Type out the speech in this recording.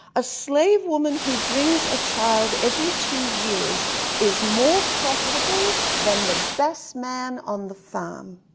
a slave woman who brings a child every two years is more profitable than the best man on the farm.